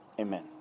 Amen